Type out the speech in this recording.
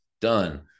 done